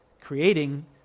creating